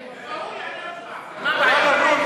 הוא יעלה עוד פעם, מה הבעיה?